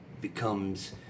becomes